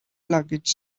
luggage